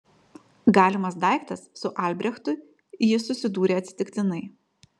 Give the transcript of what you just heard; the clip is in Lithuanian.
galimas daiktas su albrechtu ji susidūrė atsitiktinai